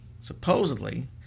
Supposedly